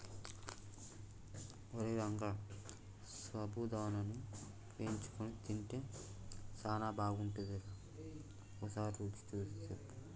ఓరై రంగ సాబుదానాని వేయించుకొని తింటే సానా బాగుంటుందిరా ఓసారి రుచి సూసి సెప్పు